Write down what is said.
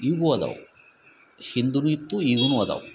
ಈಗು ಅದವು ಹಿಂದುನು ಇತ್ತು ಈಗುನು ಅದವು